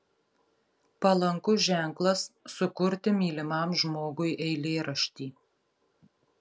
palankus ženklas sukurti mylimam žmogui eilėraštį